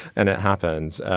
and it happens.